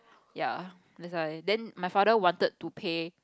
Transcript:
ya that's why then my father wanted to pay